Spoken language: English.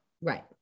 right